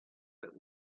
but